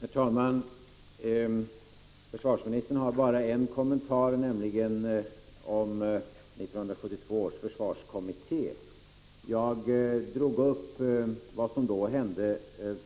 Herr talman! Försvarsministern har bara en kommentar, nämligen om 1972 års försvarskommitté. Jag drog upp vad som då hände